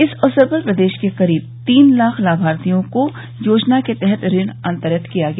इस अवसर पर प्रदेश के करीब तीन लाख लाभार्थियों को योजना के तहत ऋण अंतरित किया गया